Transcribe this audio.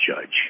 judge